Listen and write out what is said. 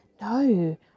No